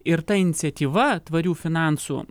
ir ta iniciatyva tvarių finansų